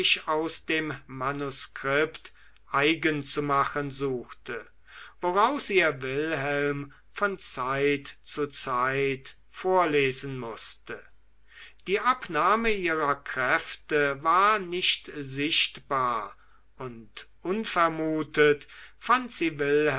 aus dem manuskript eigen zu machen suchte woraus ihr wilhelm von zeit zu zeit vorlesen mußte die abnahme ihrer kräfte war nicht sichtbar und unvermutet fand sie